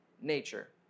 nature